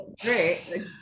great